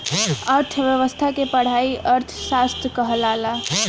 अर्थ्व्यवस्था के पढ़ाई अर्थशास्त्र कहाला